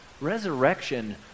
Resurrection